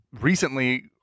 recently